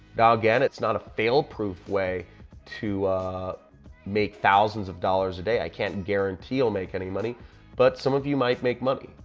now again, it's not a fail proof way to make thousands of dollars a day. i can't guarantee you'll make any money but some of you might make money.